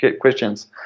questions